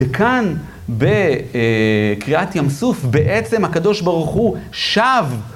וכאן, ב... אה... קריאת ים סוף, בעצם, הקדוש ברוך הוא, שב...